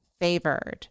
favored